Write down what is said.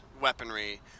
weaponry